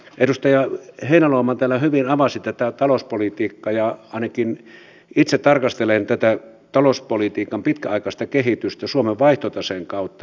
edustaja heinäluoma täällä hyvin avasi tätä talouspolitiikkaa ja ainakin itse tarkastelen tätä talouspolitiikan pitkäaikaista kehitystä suomen vaihtotaseen kautta